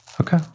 Okay